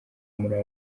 muri